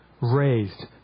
raised